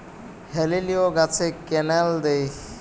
হেলিলিও গাছে ক্যানেল দেয়?